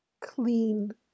clean